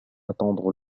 attendre